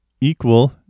equal